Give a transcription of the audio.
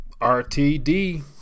RTD